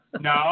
No